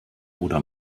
oder